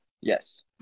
Yes